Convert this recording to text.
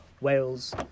Wales